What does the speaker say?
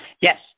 Yes